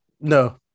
No